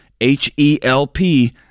H-E-L-P